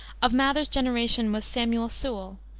of mather's generation was samuel sewall,